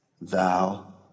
Thou